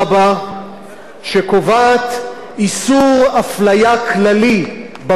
שקובעת איסור הפליה כללי בחוק הישראלי.